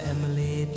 Emily